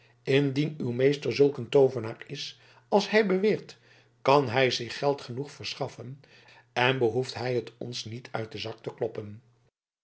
indien uw meester zulk een toovenaar is als hij beweert kan hij zich geld genoeg verschaffen en behoeft hij het ons niet uit den zak te kloppen